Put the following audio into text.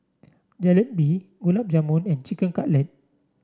Jalebi Gulab Jamun and Chicken Cutlet